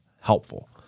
helpful